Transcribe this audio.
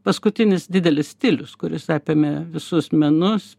paskutinis didelis stilius kuris apėmė visus menus